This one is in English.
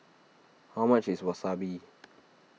how much is Wasabi